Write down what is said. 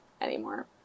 anymore